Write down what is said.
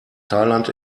thailand